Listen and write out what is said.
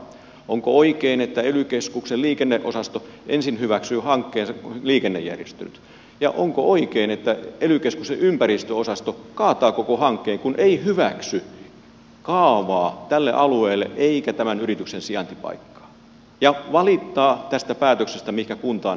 onko oikein että ely keskuksen liikenneosasto ensin hyväksyy hankkeensa liikennejärjestelyt ja onko oikein että ely keskuksen ympäristöosasto kaataa koko hankkeen kun ei hyväksy kaavaa tälle alueelle eikä tämän yrityksen sijaintipaikkaa ja valittaa tästä päätöksestä mihinkä kunta on aikonut tämän laitoksen laittaa